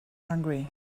hungry